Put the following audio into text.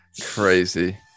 Crazy